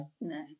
No